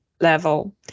level